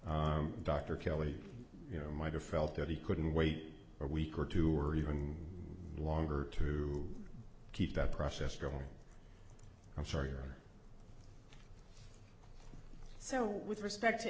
why dr kelly you know might have felt that he couldn't wait a week or two or even longer to keep that process go i'm sorry so with respect to